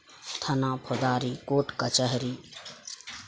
थना फौदारी कोर्ट कचहरी